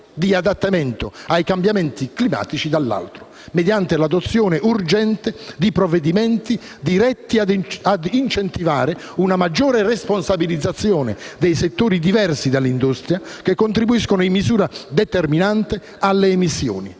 di adattamento ai cambiamenti climatici, dall'altro, mediante l'adozione urgente di provvedimenti diretti a incentivare una maggiore responsabilizzazione dei settori diversi dall'industria, che contribuiscono in misura determinante alle emissioni: